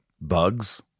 Bugs